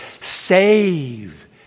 save